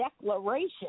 declaration